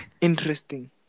interesting